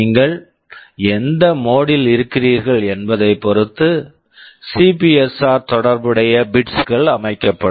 நீங்கள் எந்த mode mode ல் இருக்கிறீர்கள் என்பதைப் பொறுத்து சிபிஎஸ்ஆர் CPSR தொடர்புடைய பிட்ஸ் bits கள் அமைக்கப்படும்